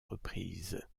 reprises